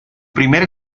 primer